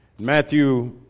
Matthew